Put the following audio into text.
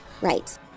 Right